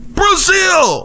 brazil